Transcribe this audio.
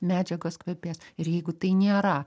medžiagos kvepės ir jeigu tai nėra